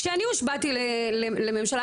כשאני הושבעתי לממשלה,